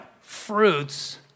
fruits